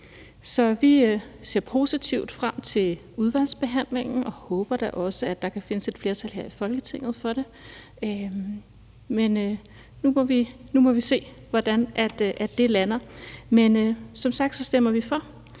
Så vi ser positivt frem til udvalgsbehandlingen og håber da også, at der kan findes et flertal her i Folketinget for det, men nu må vi se, hvordan det lander. Som sagt stemmer vi for.